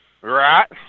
Right